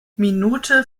minute